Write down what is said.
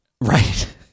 right